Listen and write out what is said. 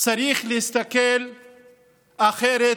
צריך להסתכל אחרת